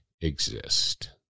exist